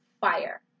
fire